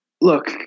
look